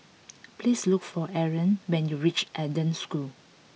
please look for Ariane when you reach Eden School